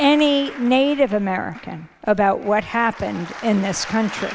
any native american about what happened in this country